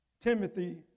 Timothy